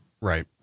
Right